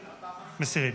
מסירים.